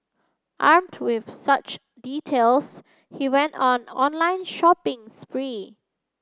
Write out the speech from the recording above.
armed with such details he went on online shopping spree